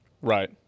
Right